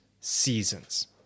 seasons